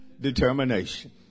determination